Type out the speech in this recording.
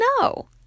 No